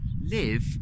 live